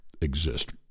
exist